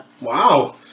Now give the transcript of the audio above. Wow